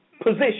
position